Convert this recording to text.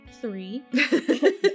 Three